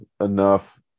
enough